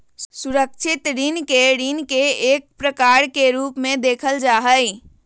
सुरक्षित ऋण के ऋण के एक प्रकार के रूप में देखल जा हई